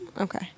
Okay